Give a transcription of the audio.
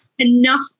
enough